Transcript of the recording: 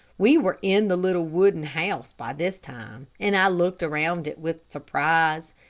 we were in the little wooden house by this time, and i looked around it with surprise.